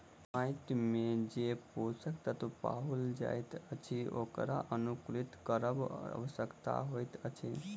माइट मे जे पोषक तत्व पाओल जाइत अछि ओकरा अनुकुलित करब आवश्यक होइत अछि